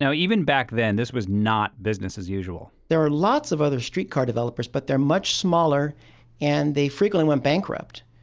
now, even back then, this was not business as usual there are lots of other streetcar developers but they're much smaller and they frequently went bankrupt.